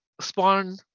spawn